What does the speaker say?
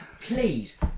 Please